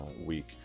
week